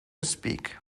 speak